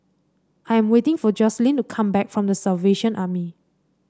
I am waiting for Jocelynn to come back from The Salvation Army